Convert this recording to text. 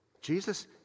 Jesus